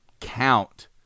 count